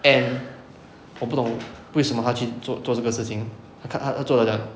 and 我不懂为什么他去做做这个事情他他他做的 liao